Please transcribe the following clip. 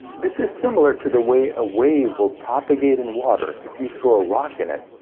this is similar to the way a wave will propagate in water if you throw a rock in it,